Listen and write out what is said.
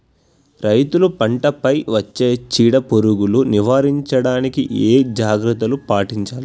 రైతులు పంట పై వచ్చే చీడ పురుగులు నివారించడానికి ఏ జాగ్రత్తలు పాటించాలి?